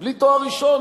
בלי תואר ראשון.